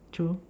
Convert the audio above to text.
true